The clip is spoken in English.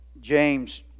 James